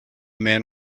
man